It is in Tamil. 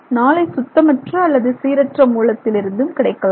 நாளை சுத்தமற்ற அல்லது சீரற்ற மூலத்திலிருந்து கிடைக்கலாம்